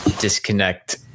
disconnect